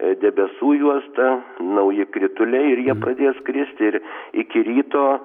debesų juosta nauji krituliai ir jie pradės kristi ir iki ryto